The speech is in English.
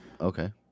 Okay